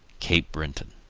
cape breton.